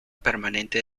permanente